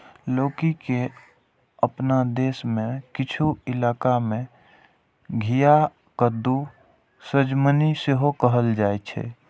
लौकी के अपना देश मे किछु इलाका मे घिया, कद्दू, सजमनि सेहो कहल जाइ छै